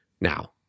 now